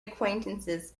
acquaintances